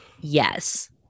Yes